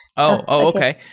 oh, okay.